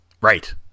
right